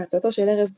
בעצתו של ארז טל,